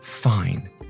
Fine